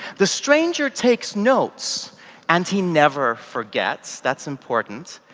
the stranger takes notes and he never forgets, that's important.